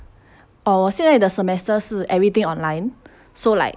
哦我现在的 semester 是 everything online so like